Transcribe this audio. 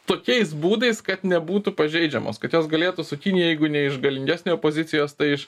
tokiais būdais kad nebūtų pažeidžiamos kad jos galėtų su kinija jeigu ne iš galingesniojo pozicijos tai iš